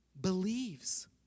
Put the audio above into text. believes